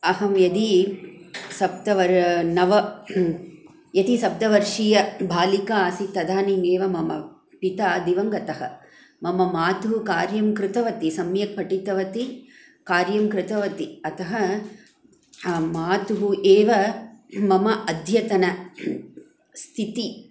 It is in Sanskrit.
अहं यदि सप्तवर् नव यदा सप्दवर्षीय भालिका आसीत् तदानीमेव मम पिता दिवङ्गतः मम मातुः कार्यं कृतवती सम्यक् पठितवती कार्यं कृतवती अतः माता एव मम अद्यतन स्थिति